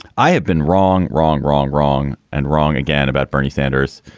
i have been wrong, wrong, wrong, wrong and wrong again about bernie sanders.